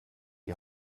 die